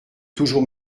toujours